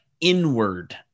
inward